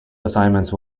assignments